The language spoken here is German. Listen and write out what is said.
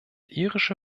irische